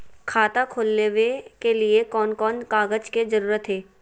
खाता खोलवे के लिए कौन कौन कागज के जरूरत है?